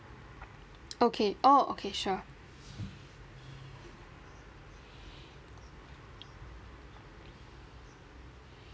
okay oh okay sure